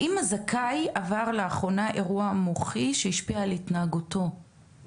ואז "..האם הזכאי עבר לאחרונה אירוע מוחי שהשפיע על התנהגותו?..".